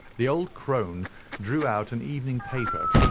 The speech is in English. the old crone drew out an evening paper,